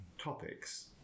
topics